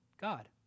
God